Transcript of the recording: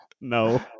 No